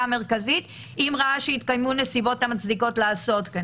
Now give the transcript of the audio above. המרכזית אם ראה שהתקיימו נסיבות המצדיקות לעשות כן".